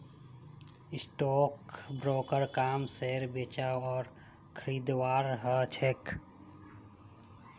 stock ब्रोकरेर काम शेयरक बेचवार आर खरीदवार ह छेक